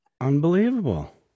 Unbelievable